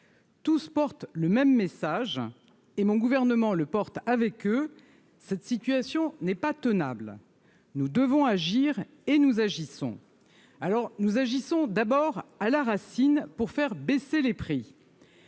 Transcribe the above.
Tous portent le même message et mon gouvernement le porte avec eux, cette situation n'est pas tenable, nous devons agir et nous agissons alors nous agissons d'abord à la racine pour faire baisser les prix.